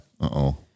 Uh-oh